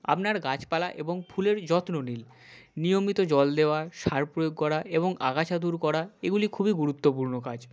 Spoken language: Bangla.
আপনার গাছপালা এবং ফুলের যত্ন নিন নিয়মিত জল দেওয়া সার প্রয়োগ করা এবং আগাছা দূর করা এগুলি খুবই গুরুত্বপূর্ণ কাজ